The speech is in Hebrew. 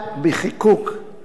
הביטוי "הפליה",